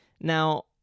Now